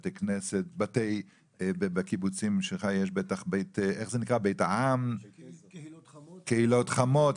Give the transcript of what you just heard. בתי כנסת, בקיבוצים, בית העם, קהילות חמות.